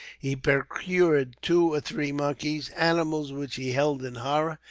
he procured two or three monkeys, animals which he held in horror,